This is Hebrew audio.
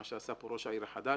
מה שעשה פה ראש העיר החדש,